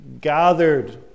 gathered